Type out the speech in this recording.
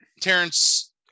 terrence